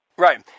Right